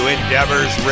Endeavors